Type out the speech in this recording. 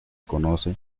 conoce